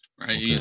right